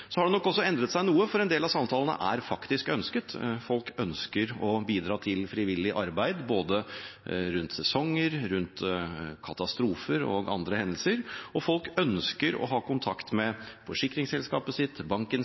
har nok endret seg noe, for en del av samtalene er faktisk ønsket. Folk ønsker å bidra til frivillig arbeid, rundt sesonger, rundt katastrofer og andre hendelser. Og folk ønsker å ha kontakt med forsikringsselskapet sitt, banken